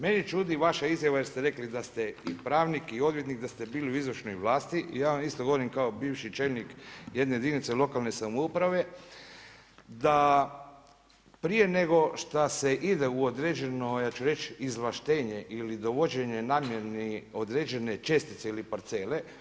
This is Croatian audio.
Mene čudi vaša izjava jer ste rekli da ste i pravnik i odvjetnik, da ste bili u izvršnoj vlasti, ja vam isto govorim kao bivši čelnik jedne jedinice lokalne samouprave da prije nego šta se ide u određeno, ja ću reći izvlaštenje ili dovođenje … određene čestice ili parcele.